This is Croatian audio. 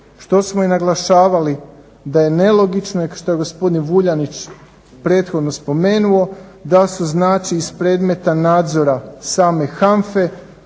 što smo i naglašavali da je nelogično i što je gospodin Vuljanić prethodno spomenuo da su znači iz predmeta nadzora same